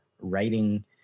writing